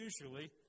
usually